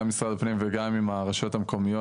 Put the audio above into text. גם עם משרד הפנים וגם הרשויות המקומיות,